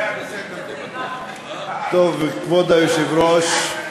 טוב, כבוד היושב-ראש,